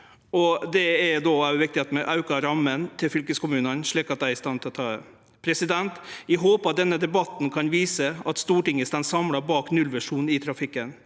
er det viktig at vi aukar rammene til fylkeskommunane, slik at dei er i stand til å ta det. Eg håpar denne debatten kan vise at Stortinget står samla bak nullvisjonen i trafikken.